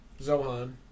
Zohan